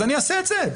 אז אני אעשה את זה.